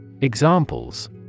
Examples